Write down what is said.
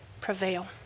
prevail